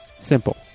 Simple